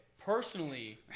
Personally